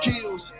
kills